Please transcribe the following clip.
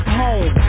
home